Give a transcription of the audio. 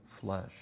flesh